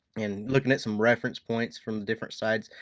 and looking at some reference points from different sides,